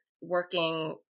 working